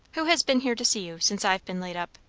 who has been here to see you, since i've been laid up?